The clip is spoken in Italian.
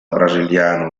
brasiliano